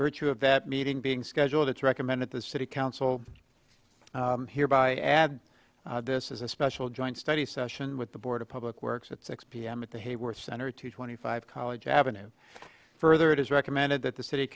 virtue of that meeting being scheduled it's recommended the city council hereby add this is a special joint study session with the board of public works at six p m at the hayworth center two twenty five college avenue further it is recommended that the city